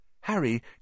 Harry